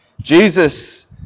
Jesus